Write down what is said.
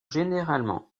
généralement